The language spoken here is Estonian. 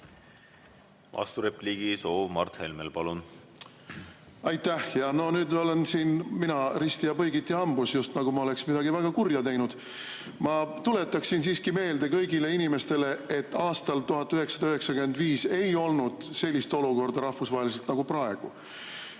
Vasturepliigi soov on Mart Helmel. Palun! Aitäh! Nüüd olen mina risti ja põigiti hambus, just nagu ma oleks midagi väga kurja teinud. Ma tuletaksin siiski meelde kõigile inimestele, et aastal 1995 ei olnud rahvusvaheliselt sellist olukorda nagu praegu.